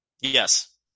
Yes